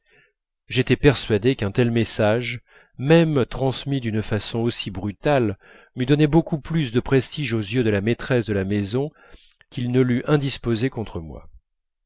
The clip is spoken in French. j'étais persuadé qu'un tel message même transmis d'une façon aussi brutale m'eût donné beaucoup plus de prestige aux yeux de la maîtresse de la maison qu'il ne l'eût indisposée contre moi